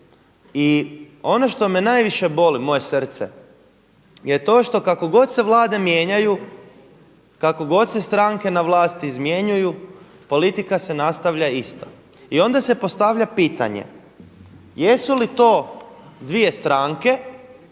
I ono što me najviše boli moje srce je to što kako god se Vlade mijenjaju, kako god se stranke na vlasti izmjenjuju politika se nastavlja isto. I onda se postavlja pitanje jesu li to dvije stranke